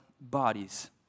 bodies